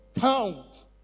count